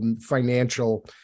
financial